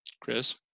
Chris